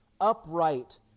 upright